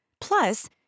plus